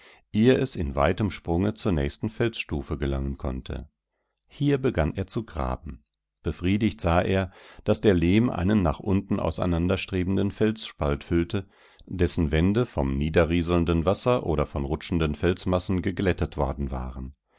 ehe es in weitem sprunge zur nächsten felsstufe gelangen konnte hier begann er zu graben befriedigt sah er daß der lehm einen nach unten auseinanderstrebenden felsspalt füllte dessen wände vom niederrieselnden wasser oder von rutschenden felsmassen geglättet worden waren